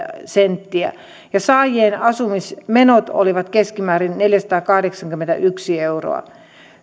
euroa ja tuensaajien asumismenot olivat keskimäärin neljäsataakahdeksankymmentäyksi euroa